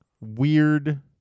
weird